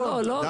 דוד,